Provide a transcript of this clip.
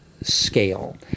scale